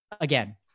Again